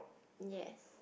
yes